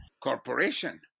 corporation